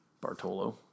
Bartolo